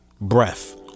breath